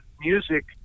music